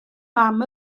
mam